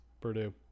Purdue